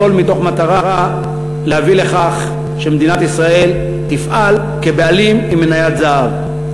הכול מתוך מטרה להביא לכך שמדינת ישראל תפעל כבעלים עם מניית זהב.